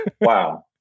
Wow